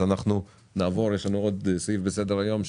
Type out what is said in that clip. נעבור לסעיף הבא בסדר-היום,